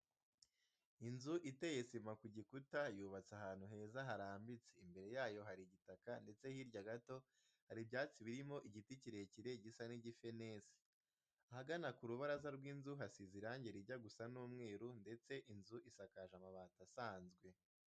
Inzu iteye sima ku gikuta yubatse ahantu heza harambitse, imbere yayo hari igitaka ndetse hirya gato hari ibyatsi birimo igiti kirekire gisa n'igifenesi. Ahagana ku rubaraza rw'inzu hasize irange rijya gusa n'umweru ndetse inzu isakaje amabati asanzwe.